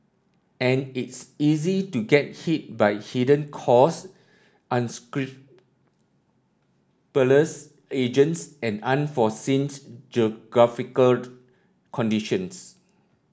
and it's easy to get hit by hidden cost agents and unforeseen geographical conditions